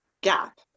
gap